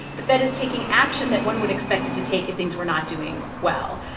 the fed is taking action that one would expect it to take if things were not doing well.